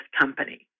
company